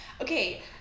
okay